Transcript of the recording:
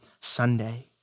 Sunday